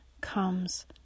comes